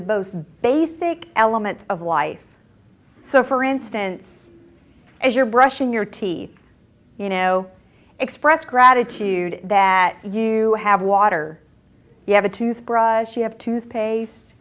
the most basic elements of life so for instance as you're brushing your teeth you know express gratitude that you have water you have a tooth brush